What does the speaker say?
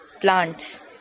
Plants